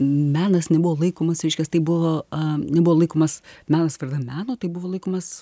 menas nebuvo laikomas reiškias tai buvo nebuvo laikomas menas vardan meno tai buvo laikomas